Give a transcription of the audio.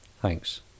Thanks